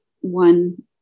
one